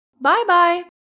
Bye-bye